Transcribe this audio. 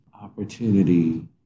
opportunity